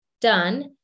done